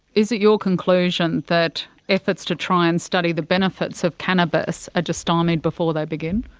is it your conclusion that efforts to try and study the benefits of cannabis are just stymied before they begin?